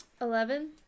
eleven